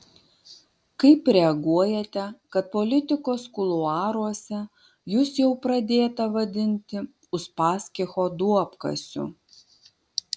kaip reaguojate kad politikos kuluaruose jus jau pradėta vadinti uspaskicho duobkasiu